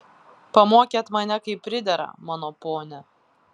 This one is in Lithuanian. pamokėt mane kaip pridera mano ponia